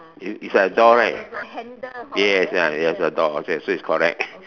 is like a door right so it's a door so it's correct